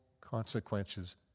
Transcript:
consequences